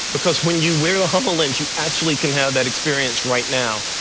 because when you wear the hololens you actually can have that experience right now.